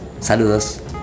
Saludos